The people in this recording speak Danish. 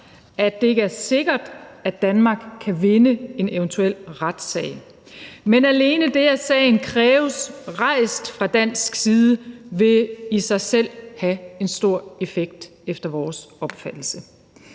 at det ikke er sikkert, at Danmark kan vinde en eventuel retssag, men alene det, at sagen kræves rejst fra dansk side, vil i sig selv have en stor effekt efter vores opfattelse.